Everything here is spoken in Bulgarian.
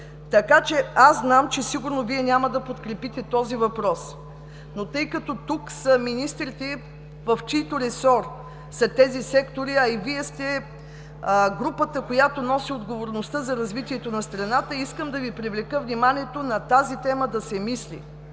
Знам, че Вие сигурно няма да подкрепите този въпрос. Но тъй като тук са министрите, в чийто ресор са тези сектори, а и Вие сте групата, която носи отговорността за развитието на страната, искам да Ви привлека вниманието на тази тема – да се мисли